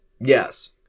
Yes